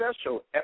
special